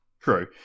True